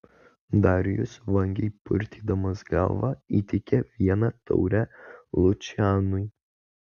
darijus vangiai purtydamas galvą įteikė vieną taurę lučianui